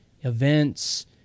events